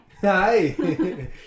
hi